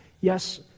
yes